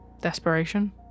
Desperation